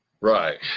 Right